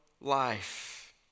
life